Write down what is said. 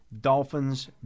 Dolphins